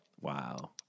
Wow